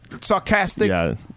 sarcastic